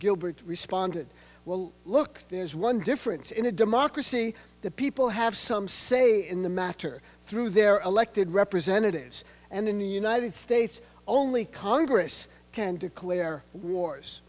gilbert responded well look there is one difference in a democracy the people have some say in the matter through their elected representatives and in the united states only congress can declare